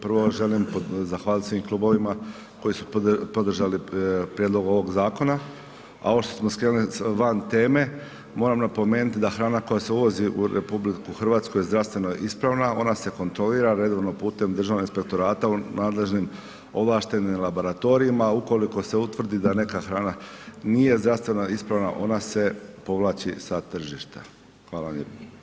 Prvo želim zahvaliti svim klubovima koji su podržali prijedlog ovog zakona a ovo što smo skrenuli van teme, moram napomenuti da hrana koja se uvozi u RH je zdravstveno ispravna, ona se kontrolira redovno putem Državnog inspektorata u nadležnim ovlaštenim laboratorijama, ukoliko se utvrdi da neka hrana nije zdravstveno ispravna, ona se povlači sa tržišta, hvala vam lijepo.